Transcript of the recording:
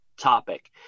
topic